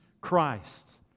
Christ